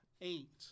eight